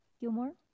Gilmore